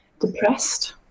depressed